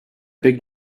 big